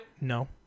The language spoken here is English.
No